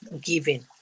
giving